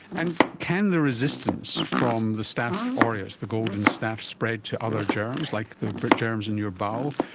and can the resistance from the staph ah aureus, the golden staph, spread to other germs, like the germs in your bowel?